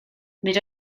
nid